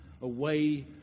away